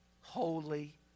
holy